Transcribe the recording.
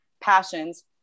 passions